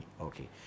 Okay